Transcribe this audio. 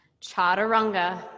Chaturanga